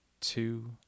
two